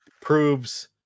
proves